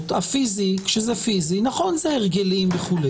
שכאשר זה פיזי, נכון, אלה הרגלים וכולי.